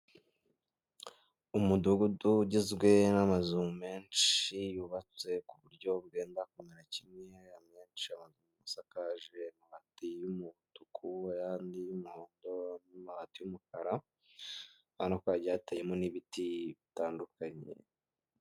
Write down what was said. Umudugudu ugizwe n'amazu menshi yubatse ku buryo bu bwenda kumera kimwe amenshi asakaje amabati y'umutuku ayandi y'umuhondo andi mabati y'umukara urabonako hagiye hateyemo n'ibiti bitandukanye.